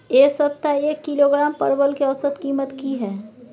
ऐ सप्ताह एक किलोग्राम परवल के औसत कीमत कि हय?